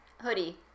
hoodie